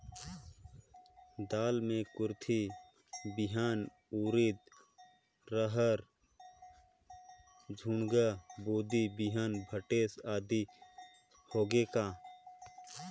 दाल मे कुरथी बिहान, उरीद, रहर, झुनगा, बोदी बिहान भटेस आदि होगे का?